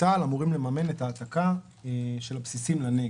צה"ל אמורים לממן את ההעתקה של הבסיסים לנגב.